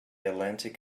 atlantic